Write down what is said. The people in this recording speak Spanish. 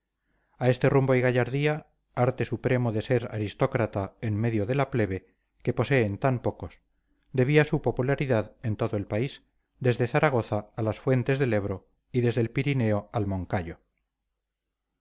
a este rumbo y gallardía arte supremo de ser aristócrata en medio de la plebe que poseen tan pocos debía su popularidad en todo el país desde zaragoza a las fuentes del ebro y desde el pirineo al moncayo